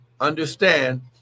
understand